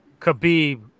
Khabib